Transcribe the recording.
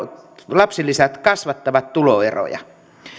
lapsilisät kasvattavat tuloeroja